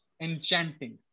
enchanting